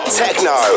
techno